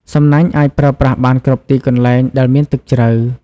សំណាញ់អាចប្រើប្រាស់បានគ្រប់ទីកន្លែងដែលមានទឹកជ្រៅ។